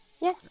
Yes